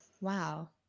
Wow